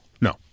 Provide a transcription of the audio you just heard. No